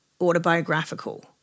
autobiographical